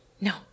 No